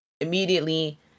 immediately